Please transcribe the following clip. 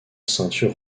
ceinture